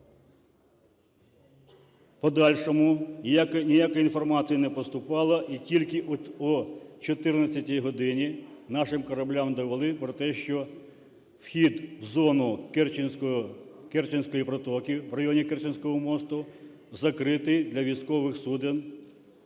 В подальшому ніякої інформації не поступало, і тільки о 14 годині нашим кораблям довели про те, що вхід в зону Керченської протоки, в районі Керченського мосту закритий для військових суден.